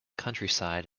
countryside